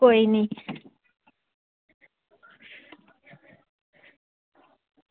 कोई निं